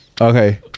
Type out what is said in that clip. Okay